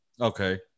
Okay